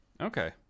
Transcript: Okay